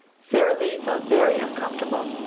sara lee felt very uncomfortable,